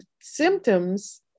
symptoms